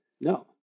no